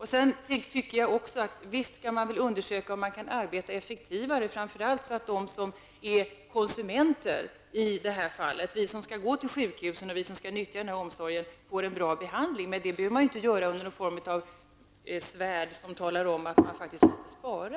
Jag tycker också att man visst kan undersöka om man kan arbeta effektivare, framför allt så att konsumenterna, som skall gå till sjukvården och få del av omsorgen, får en bra behandling. Det behöver dock inte ske under någon form av svärd, som ett tvång att faktiskt spara.